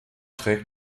trägt